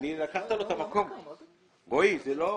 מצד אחד יש את המפעלים שכרגע אין עבודה,